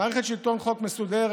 מערכת שלטון חוק מסודרת.